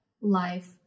life